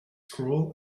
cruel